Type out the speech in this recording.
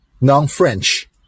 non-French